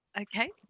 okay